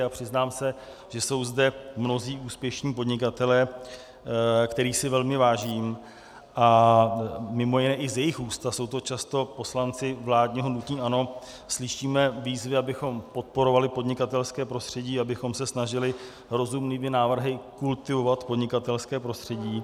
A přiznám se, že jsou zde mnozí úspěšní podnikatelé, kterých si velmi vážím, a mimo jiné i z jejich úst, a jsou to často poslanci vládního hnutí ANO, slyšíme výzvy, abychom podporovali podnikatelské prostředí, abychom se snažili rozumnými návrhy kultivovat podnikatelské prostředí.